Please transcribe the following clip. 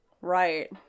Right